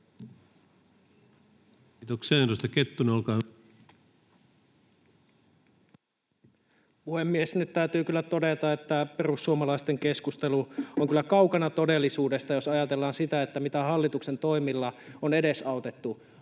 Time: 17:53 Content: Puhemies! Nyt täytyy kyllä todeta, että perussuomalaisten keskustelu on kyllä kaukana todellisuudesta, jos ajatellaan sitä, mitä hallituksen toimilla on edesautettu.